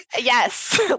Yes